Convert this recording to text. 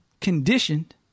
conditioned